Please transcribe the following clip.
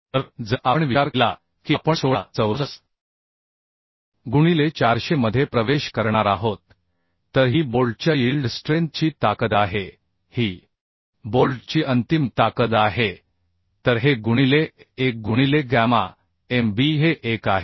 तर जर आपण विचार केला की आपण 16 चौरस गुणिले 400 मध्ये प्रवेश करणार आहोत तर ही बोल्टच्या यील्ड स्ट्रेंथची ताकद आहे ही बोल्टची अंतिम ताकद आहे तर हे गुणिले 1 गुणिले गॅमा m b हे 1 आहे